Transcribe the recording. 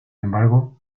embargo